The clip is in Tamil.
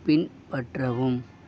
பின்பற்றவும்